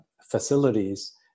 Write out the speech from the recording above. facilities